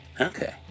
Okay